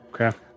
Okay